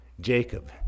Jacob